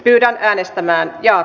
idean äänestämään ja